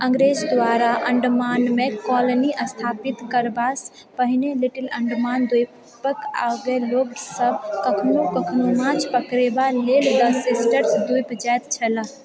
अङ्ग्रेज द्वारा अंडमानमे कॉलोनी स्थापित करबासँ पहिने लिटिल अंडमान द्वीपक ओंगे लोकसभ कखनो कखनो माछ पकड़बा लेल दऽ सिस्टर्स द्वीप जाएत छलाह